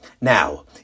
Now